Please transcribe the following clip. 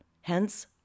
Hence